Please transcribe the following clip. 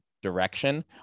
direction